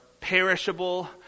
perishable